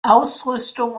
ausrüstung